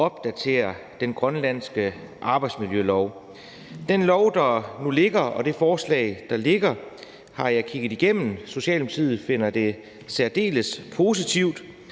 opdaterer den grønlandske arbejdsmiljølov. Det lovforslag, der nu ligger, har jeg kigget igennem. Socialdemokratiet finder det særdeles positivt,